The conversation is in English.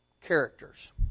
characters